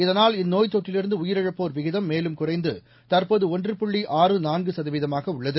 இதனால் இந்நோய்த் தொற்றிலிருந்து உயிரிழப்போர் விகிதம் மேலும் குறைந்து தற்போது ஒன்று புள்ளி ஆறு நான்கு சதவீதமாக உள்ளது